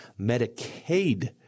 Medicaid